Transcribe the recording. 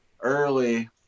early